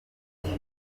afite